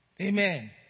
Amen